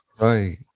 Right